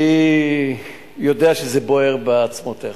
אני יודע שזה בוער בעצמותיך.